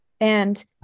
And-